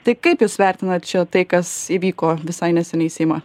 tai kaip jūs vertinat čia tai kas įvyko visai neseniai į seima